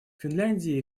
финляндии